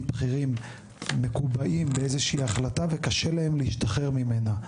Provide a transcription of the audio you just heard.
בכירים מקובעים לאיזה שהיא החלטה וקשה להם להשתחרר ממנה.